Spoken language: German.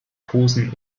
posen